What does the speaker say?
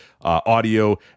audio